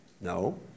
No